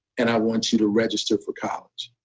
and i want you to register for college.